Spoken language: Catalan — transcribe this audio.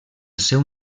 seu